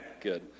good